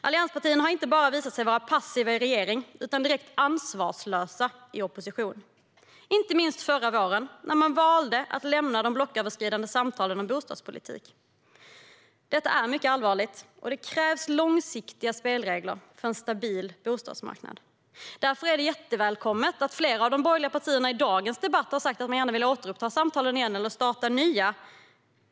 Allianspartierna har inte bara visat sig vara passiva i regeringsställning utan också direkt ansvarslösa i opposition. Det visade sig inte minst förra våren, när de valde att lämna de blocköverskridande samtalen om bostadspolitik. Detta är mycket allvarligt. Det krävs långsiktiga spelregler för en stabil bostadsmarknad. Därför är det jättevälkommet att flera av de borgerliga partierna i dagens debatt har sagt att de gärna vill återuppta samtalen eller starta nya samtal.